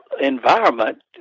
environment